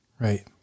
Right